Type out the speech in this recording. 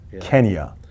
Kenya